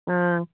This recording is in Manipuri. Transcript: ꯑꯪ